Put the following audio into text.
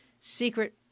secret